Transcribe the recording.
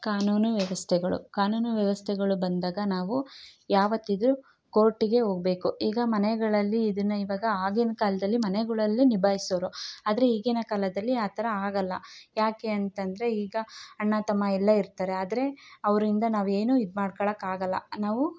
ಕಾನೂನು ವ್ಯವಸ್ಥೆಗಳು ಕಾನೂನು ವ್ಯವಸ್ಥೆಗಳು ಬಂದಾಗ ನಾವು ಯಾವತ್ತಿದ್ರು ಕೋರ್ಟಿಗೆ ಹೋಗ್ಬೇಕು ಈಗ ಮನೆಗಳಲ್ಲಿ ಇದನ್ನ ಇವಾಗ ಆಗಿನ ಕಾಲದಲ್ಲಿ ಮನೆಗಳಲ್ಲಿ ನಿಭಾಯಿಸೋರು ಆದರೆ ಈಗಿನ ಕಾಲದಲ್ಲಿ ಆ ಥರ ಆಗೋಲ್ಲ ಯಾಕೆ ಅಂತಂದರೆ ಈಗ ಅಣ್ಣ ತಮ್ಮ ಎಲ್ಲ ಇರ್ತಾರೆ ಆದರೆ ಅವರಿಂದ ನಾವು ಏನೂ ಇದು ಮಾಡ್ಕಳೋಕ್ ಆಗೋಲ್ಲ ನಾವು